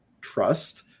trust